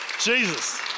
Jesus